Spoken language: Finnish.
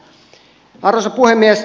arvoisa puhemies